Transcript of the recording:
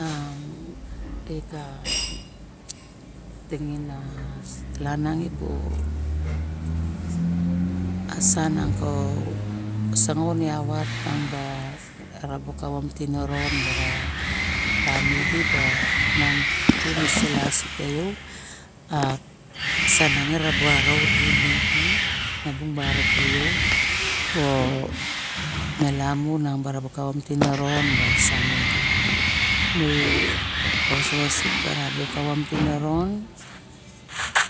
A eka tenge nag langas ebonasan ko sangaun e avat tang bam tiniron bara i lamide ba nang to melasi me di miang bung barok keyo mo melamu namba raba kaum tiniron basa ma idi me osoxo sik bara kava tirironi